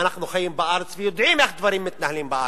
אנחנו חיים בארץ ויודעים איך דברים מתנהלים בארץ,